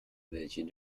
welche